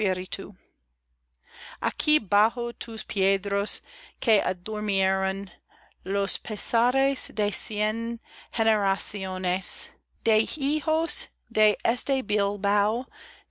aquí bajo tus piedras que adurmieron los pesares de cien generaciones de hijos de